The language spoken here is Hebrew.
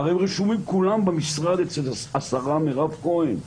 הרי הם רשומים כולם במשרד אצל השרה מירב כהן.